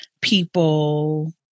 people